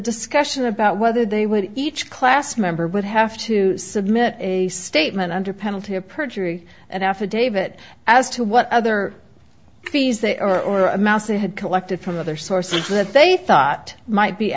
discussion about whether they would each class member would have to submit a statement under penalty of perjury an affidavit as to what other fees they are or amounts they had collected from other sources that they thought might be